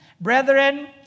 brethren